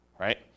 Right